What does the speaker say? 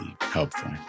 helpful